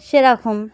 সেরকম